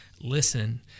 listen